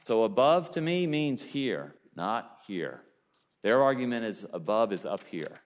so above to me means here not here their argument as above is up here